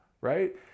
right